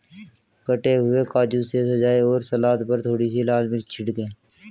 कटे हुए काजू से सजाएं और सलाद पर थोड़ी सी लाल मिर्च छिड़कें